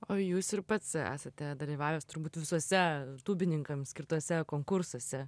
o jūs ir pats esate dalyvavęs turbūt visuose tūbininkam skirtuose konkursuose